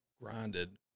grinded